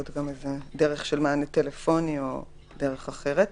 גם איזו דרך של מענה טלפוני או דרך אחרת.